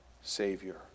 savior